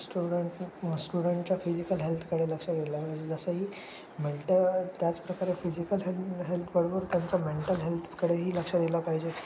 student स्टुडंटच्या physical हेल्थकडे लक्ष दिला पाहिजे जसंही मेंटल त्याचप्रकारे फिजिकल हेल् हेल्थबरोबर त्यांचा मेंटल हेल्थकडेही लक्ष दिला पाहिजे